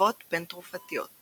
תגובות בין-תרופתיות